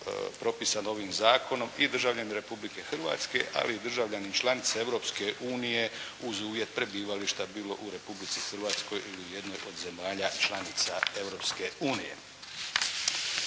propisano ovim zakonom i državljani Republike Hrvatske ali i državljani članice Europske unije uz uvjet prebivališta bilo u Republici Hrvatskoj ili u jednoj od zemalja članica